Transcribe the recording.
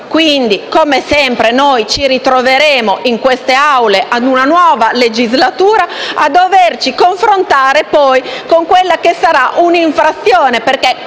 quindi, come sempre, ci ritroveremo in queste Aule in una nuova legislatura a doverci confrontare con quella che sarà un'infrazione,